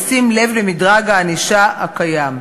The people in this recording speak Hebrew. בשים לב למדרג הענישה הקיים.